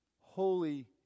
Holy